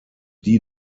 die